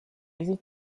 easy